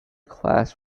class